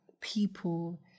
people